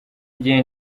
igihe